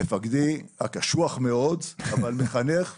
מפקדי הקשוח מאוד אבל מחנך ומצביא.